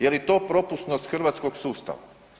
Je li to propusnost hrvatskog sustava?